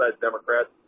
Democrats